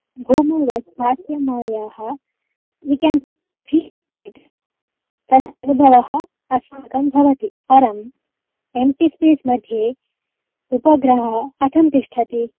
भौमवद् भास्यामायाः we can feel it तदनुभवः अस्माकं भवति परं एम्टी स्पेस् मध्ये उपग्रहः कथं तिष्ठति